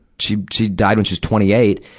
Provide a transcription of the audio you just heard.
she she died when she was twenty eight.